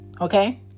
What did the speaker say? Okay